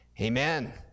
Amen